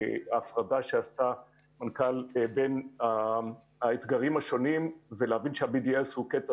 שההפרדה שעשה המנכ"ל בין האתגרים השונים ולהבין שה-BDS הוא קטע